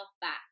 back